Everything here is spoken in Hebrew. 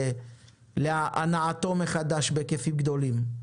להנעתו מחדש בהיקפים גדולים.